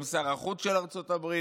גם שר החוץ של ארצות הברית,